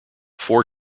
four